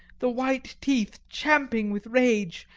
the white teeth champing with rage,